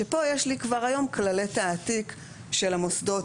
שפה יש כבר היום כללי תעתיק של המוסדות,